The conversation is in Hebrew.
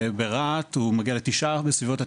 ברהט הוא בסביבות 9%,